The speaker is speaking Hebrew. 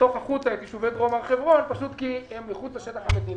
יחתוך החוצה את יישובי דרום הר חברון פשוט מכיוון שהם מחוץ לשטח המדינה.